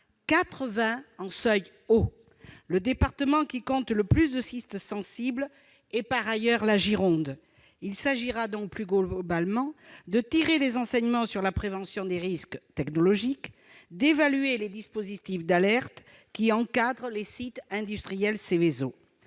Gironde est le département qui compte le plus de sites sensibles. Il s'agira, plus globalement, de tirer les enseignements sur la prévention des risques technologiques et d'évaluer les dispositifs d'alerte qui encadrent les sites industriels Seveso.